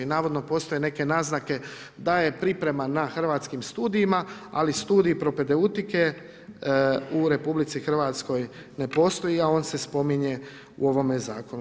Navodno postoje neke naznake, da je priprema na hrvatskim studijima, ali studij propedeutike u RH ne postoji, a on se spominje u ovome zakonu.